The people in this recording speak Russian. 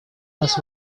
нас